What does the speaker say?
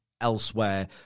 elsewhere